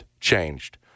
changed